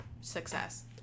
success